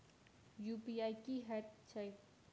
UPI की हएत छई?